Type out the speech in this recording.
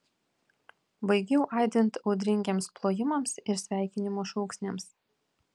baigiau aidint audringiems plojimams ir sveikinimo šūksniams